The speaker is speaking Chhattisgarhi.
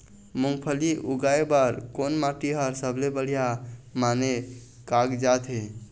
मूंगफली लगाय बर कोन माटी हर सबले बढ़िया माने कागजात हे?